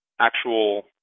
actual